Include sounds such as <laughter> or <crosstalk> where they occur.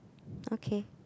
<breath> okay